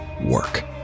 work